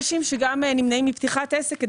אנשים שגם נמנעים מפתיחת עסק,